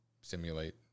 simulate